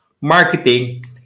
marketing